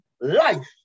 life